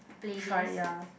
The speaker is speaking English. try ya